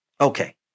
Okay